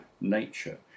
nature